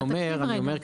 אני אומר,